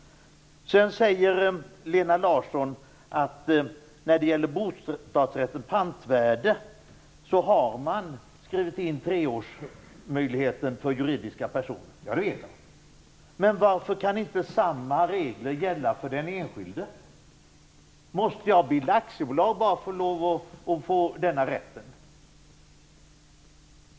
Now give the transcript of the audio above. Sedan säger Lena Larsson att när det gäller bostadsrätters pantvärde har man skrivit in treårsmöjligheten för juridiska personer. Det vet jag. Men varför kan inte samma regler gälla för den enskilde? Måste jag bilda aktiebolag bara för att få denna rätt?